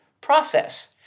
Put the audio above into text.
process